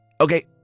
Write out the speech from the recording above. Okay